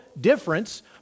difference